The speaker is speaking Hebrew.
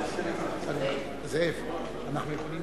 התרבות והספורט